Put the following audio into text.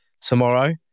tomorrow